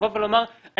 לבוא ולומר,